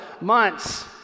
months